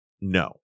No